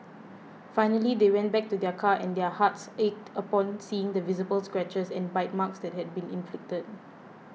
finally they went back to their car and their hearts ached upon seeing the visible scratches and bite marks that had been inflicted